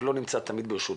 לא נמצא תמיד ברשותו,